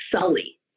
Sully